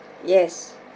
yes